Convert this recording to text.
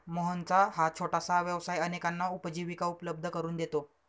मोहनचा हा छोटासा व्यवसाय अनेकांना उपजीविका उपलब्ध करून देतो